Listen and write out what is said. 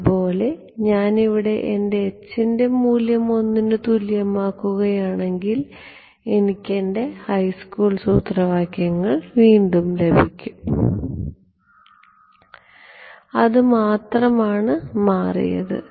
അതുപോലെ ഇവിടെ ഞാൻ എന്റെ h ൻറെ മൂല്യം 1 ന് തുല്യമാക്കുകയാണെങ്കിൽ എനിക്ക് എന്റെ ഹൈസ്കൂൾ സൂത്രവാക്യങ്ങൾ ലഭിക്കും അത് മാത്രമാണ് മാറിയത്